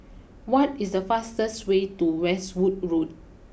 what is the fastest way to Westwood Road